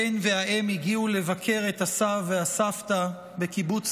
הבן והאם הגיעו לבקר את הסב והסבתא בקיבוץ